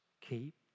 keep